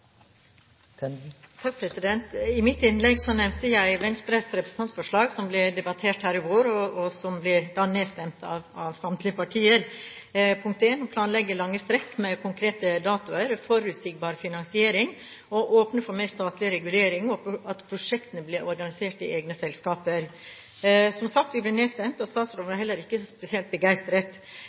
I mitt innlegg nevnte jeg Venstres representantforslag, som ble debattert her i vår, og som ble nedstemt av samtlige partier – om å planlegge lange strekk ad gangen, med konkrete datoer, om forutsigbar finansiering, om å åpne for mer statlig regulering og at de ulike prosjektene blir organisert i egne selskaper. Som sagt, vi ble nedstemt, og statsråden var heller ikke spesielt begeistret.